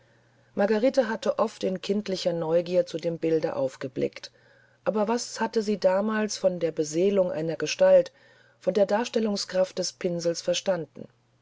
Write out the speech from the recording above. margarete hatte oft in kindlicher neugier zu dem bilde aufgeblickt aber was hatte sie damals von der beseelung einer gestalt von der darstellungskraft des pinsels verstanden